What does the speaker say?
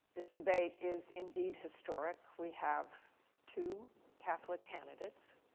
this debate is indeed historic. we have two catholic candidates,